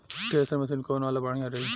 Thresher machine कौन वाला बढ़िया रही?